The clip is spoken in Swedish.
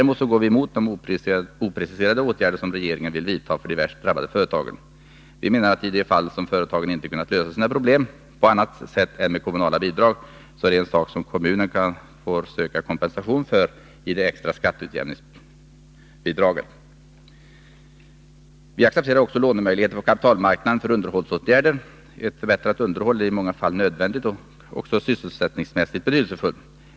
Men vi går emot de opreciserade åtgärder som regeringen vill vidta för. de värst drabbade företagen. I de fall då företagen inte kunnat lösa sina problem på annat sätt än med kommunala bidrag, kan ju kommunen söka kompensation i det extra skatteutjämningsbidraget. Vi accepterar också lånemöjligheter på kapitalmarknaden för underhållsåtgärder. Ett förbättrat underhåll är i många fall nödvändigt, och det är också sysselsättningsmässigt betydelsefullt.